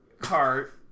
Cart